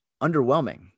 underwhelming